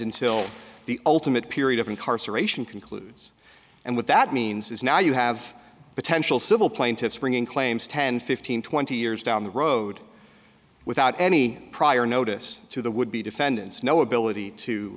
until the ultimate period of incarceration concludes and what that means is now you have a potential civil plaintiffs bring in claims ten fifteen twenty years down the road without any prior notice to the would be defendants no ability to